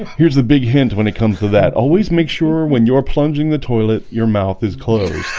here's the big hint when it comes to that always make sure when you're plunging the toilet your mouth is closed